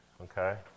Okay